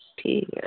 ठीक ऐ